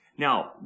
Now